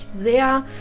sehr